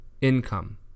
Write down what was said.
income